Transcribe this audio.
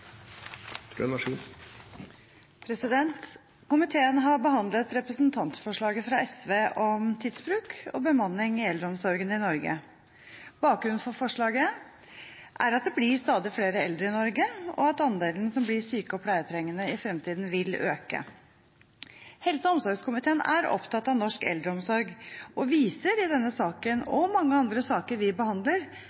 anses vedtatt. Komiteen har behandlet representantforslaget fra SV om tidsbruk og bemanning i eldreomsorgen i Norge. Bakgrunnen for forslaget er at det blir stadig flere eldre i Norge, og at andelen som blir syke og pleietrengende, i fremtiden vil øke. Helse- og omsorgskomiteen er opptatt av norsk eldreomsorg, og viser i denne